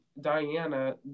Diana